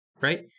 right